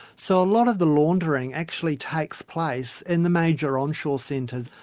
so a lot of the laundering actually takes place in the major onshore centres.